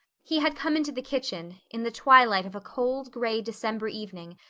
he had come into the kitchen, in the twilight of a cold, gray december evening,